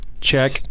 Check